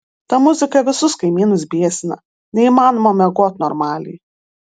ta muzika visus kaimynus biesina neįmanoma miegot normaliai